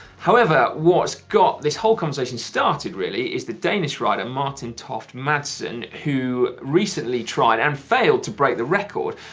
however, what got this whole conversation started, really, is the danish rider, martin toft madsen, who recently tried and failed to break the record,